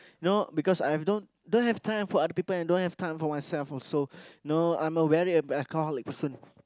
no because I If I don't don't have time for other people and don't have time for myself also no I'm a very alcoholic person